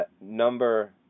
number